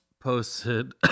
posted